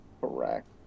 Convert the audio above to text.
Correct